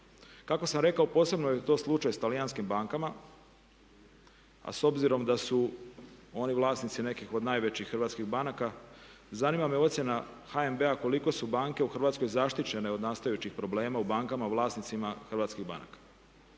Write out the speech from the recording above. Kako sam rekao, posebno je to slučaj sa talijanskim bankama a obzirom da su oni vlasnici nekih od najvećih hrvatskih banaka, zanima me ocjena HNB-a koliko su banke u Hrvatskoj zaštićene od nastajućih problema u bankama vlasnicima hrvatskih banaka.